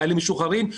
חיילים משוחררים,